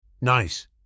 Nice